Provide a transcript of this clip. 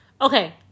okay